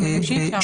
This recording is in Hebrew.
אנחנו מבקשים תאריך.